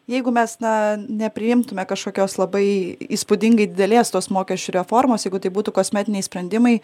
jeigu mes na nepriimtume kažkokios labai įspūdingai didelės tos mokesčių reformos jeigu tai būtų kosmetiniai sprendimai